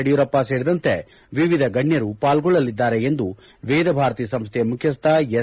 ಯಡಿಯೂರಪ್ಪ ಸೇರಿದಂತೆ ವಿವಿಧ ಗಣ್ಣರು ಪಾಲ್ಗೊಳ್ಳಲಿದ್ದಾರೆ ಎಂದು ವೇದಭಾರತಿ ಸಂಸ್ವೆಯ ಮುಖ್ಯಸ್ವ ಎಸ್